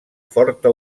forta